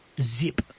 zip